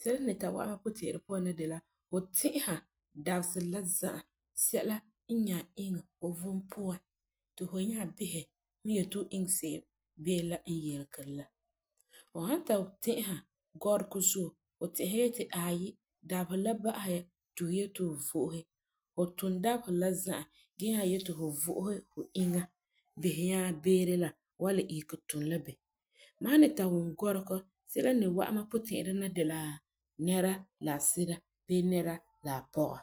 sɛla n ni ta wa'am mam puti'irɛ na de la fu ti'isa dabeserɛ la za'a sɛla n nyaŋɛ iŋɛ fu vom puan ti fu nyaa bisɛ fu yeti fu iŋɛ se'em beere la n yilegeri la. Fu san ti'isa gɔregɔ zuo, fu ti'isɛ yeti ayi, dabeserɛ la ba'asɛ ya ti fu yeti fu vo'ose, fu tuum dabeserɛ la za'a gee nyaa yeti fu vo'ose fu inya bisɛ nyaa, beere la fu wan le siege tuum la bem. Mam san ni ta wum gɔregɔ sɛla n ni wa'am mam puti'irɛ na de la, nɛra la a sira bee nɛra la a pɔga.